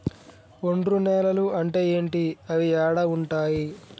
ఒండ్రు నేలలు అంటే ఏంటి? అవి ఏడ ఉంటాయి?